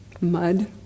Mud